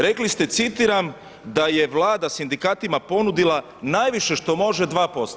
Rekli ste, citiram, da je Vlada sindikatima ponudila najviše što može 2%